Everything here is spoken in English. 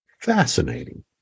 fascinating